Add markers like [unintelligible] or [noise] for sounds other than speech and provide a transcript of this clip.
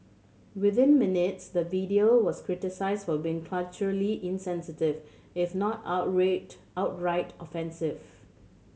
within minutes the video was criticised for being culturally insensitive if not [unintelligible] outright offensive